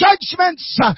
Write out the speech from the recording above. judgments